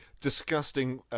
disgusting